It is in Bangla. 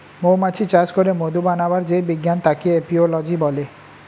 মৌমাছি চাষ করে মধু বানাবার যেই বিজ্ঞান তাকে এপিওলোজি বলে